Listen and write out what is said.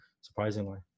surprisingly